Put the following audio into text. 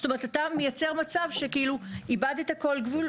זאת אומרת, אתה מייצר מצב שבו איבדת כל גבול.